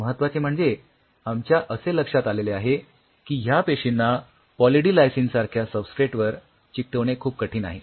महत्वाचे म्हणजे आमच्या असे लक्षात आलेले आहे की ह्या पेशींना पॉली डी लायसिन सारख्या सबस्ट्रेटवर चिकटवणे खूप कठीण आहे